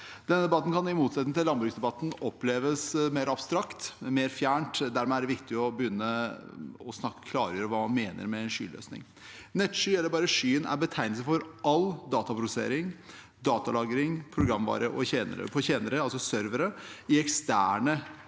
Denne debatten kan i motsetning til landbruksdebatten oppleves mer abstrakt, mer fjern. Dermed er det viktig å begynne med å klargjøre hva som menes med en skyløsning. Nettskyen eller bare skyen er en betegnelse for alt fra dataprosessering og datalagring til programvare på tjenere, altså servere, i eksterne